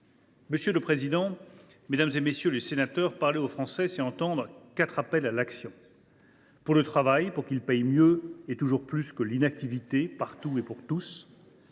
Madame la présidente, mesdames, messieurs les députés, parler aux Français, c’est répondre à quatre appels à l’action : pour le travail, pour qu’il paie mieux et toujours plus que l’inactivité, partout et pour tous